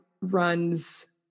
runs